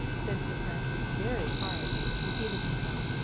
said sir francis very quietly, as he seated himself.